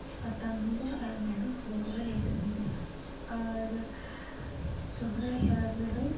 ᱟᱛᱟᱝ ᱦᱩᱭᱩᱜᱼᱟ ᱟᱨ ᱚᱱᱟ ᱫᱚ ᱵᱚᱦᱚᱜ ᱨᱮ ᱨᱮᱵᱮᱫ ᱦᱩᱭᱩᱜᱼᱟ ᱟᱨ ᱥᱚᱦᱚᱨᱟᱭ ᱯᱚᱨᱚᱵᱽ ᱨᱮᱫᱚ